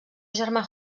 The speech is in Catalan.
germà